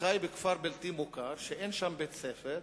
חי בכפר בלתי מוכר, שאין שם בית-ספר,